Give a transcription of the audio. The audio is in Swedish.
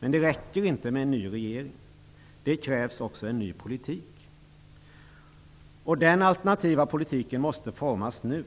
Men det räcker inte med en ny regering. Det krävs också en ny politik. Den alternativa politiken måste formas nu.